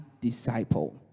disciple